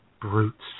brutes